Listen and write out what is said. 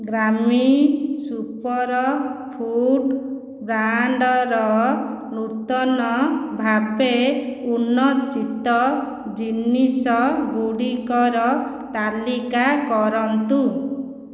ଗ୍ରାମି superfood ବ୍ରାଣ୍ଡ୍ର ନୂତନ ଭାବେ ଉନ୍ମୋଚିତ ଜିନିଷ ଗୁଡ଼ିକର ତାଲିକା କରନ୍ତୁ